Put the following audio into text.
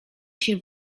się